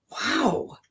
wow